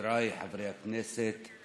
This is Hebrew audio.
חבריי חברי הכנסת,